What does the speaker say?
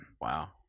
Wow